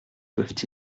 doivent